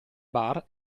bar